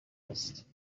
است